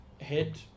head